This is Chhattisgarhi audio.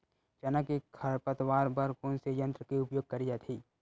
चना के खरपतवार बर कोन से यंत्र के उपयोग करे जाथे?